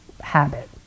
habit